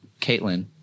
Caitlin